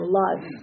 love